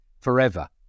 forever